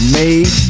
made